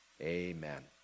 Amen